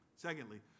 Secondly